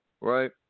Right